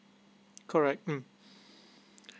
correct mm